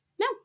no